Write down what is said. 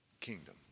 kingdom